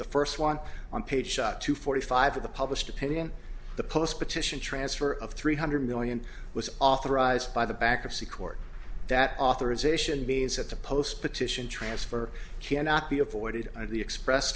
the first one on page shot two forty five of the published opinion the post petition transfer of three hundred million was authorized by the back of c court that authorization beings at the post petition transfer cannot be avoided and the express